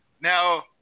Now